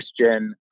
Christian